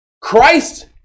Christ